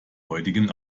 heutigen